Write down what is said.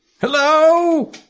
Hello